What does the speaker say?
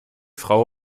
frau